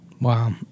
Wow